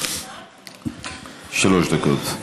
שלוש דקות.